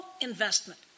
investment